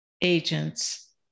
agents